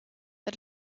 the